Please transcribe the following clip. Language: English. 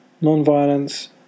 non-violence